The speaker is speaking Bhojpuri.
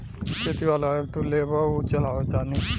खेती वाला ऐप तू लेबऽ उहे चलावऽ तानी